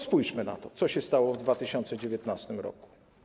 Spójrzmy na to, co się stało w 2019 r.